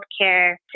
healthcare